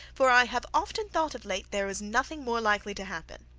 for i have often thought of late, there was nothing more likely to happen.